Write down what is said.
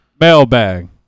Mailbag